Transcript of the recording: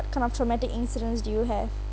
kind of traumatic incidents do you have